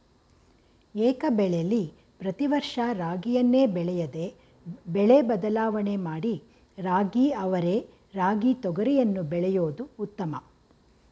ಏಕಬೆಳೆಲಿ ಪ್ರತಿ ವರ್ಷ ರಾಗಿಯನ್ನೇ ಬೆಳೆಯದೆ ಬೆಳೆ ಬದಲಾವಣೆ ಮಾಡಿ ರಾಗಿ ಅವರೆ ರಾಗಿ ತೊಗರಿಯನ್ನು ಬೆಳೆಯೋದು ಉತ್ತಮ